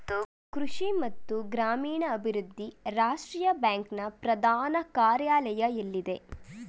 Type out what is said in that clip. ಕೃಷಿ ಮತ್ತು ಗ್ರಾಮೀಣಾಭಿವೃದ್ಧಿ ರಾಷ್ಟ್ರೀಯ ಬ್ಯಾಂಕ್ ನ ಪ್ರಧಾನ ಕಾರ್ಯಾಲಯ ಎಲ್ಲಿದೆ?